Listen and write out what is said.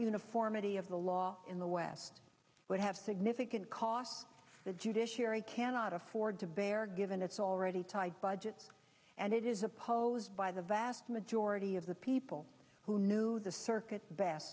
uniformity of the law in the west would have significant costs the judiciary cannot afford to bear given its already tight budget and it is opposed by the vast majority of the people who knew the circuit b